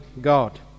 God